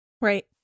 Right